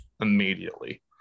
immediately